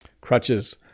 Crutches